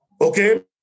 Okay